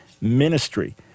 ministry